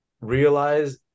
realize